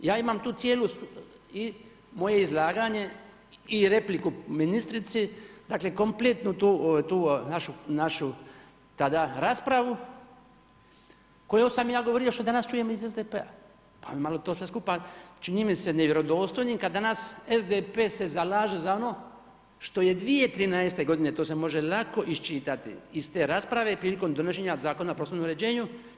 Ja imam tu cijelo moje izlaganje i repliku ministrici, dakle kompletnu tu našu tada raspravu o kojoj sam ja govorim što danas čujem iz SDP-a pa mi malo to sve skupa čini mi se nevjerodostojnim kada danas SDP se zalaže za ono što je 2013. godine to se može lako iščitati iz te rasprave prilikom donošenja Zakona o prostornom uređenju.